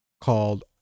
called